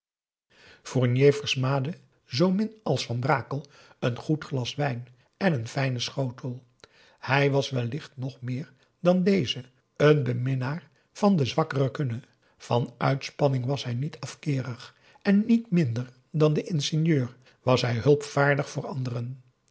fournier versmaadde zoomin als van brakel een goed glas wijn en een fijnen schotel hij was wellicht nog meer dan deze een beminnaar van de zwakkere kunne van uitspanning was hij niet afkeerig en niet minder dan de ingenieur was hij hulpvaardig voor anderen